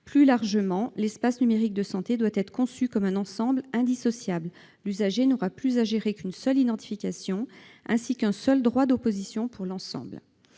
Plus largement, l'espace numérique de santé doit être conçu comme un ensemble indissociable. L'usager n'aura plus à gérer qu'une seule identification, ainsi qu'un seul droit d'opposition pour l'ensemble.